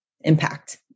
impact